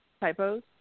typos